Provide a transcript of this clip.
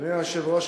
אדוני היושב-ראש,